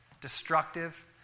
destructive